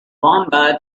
wamba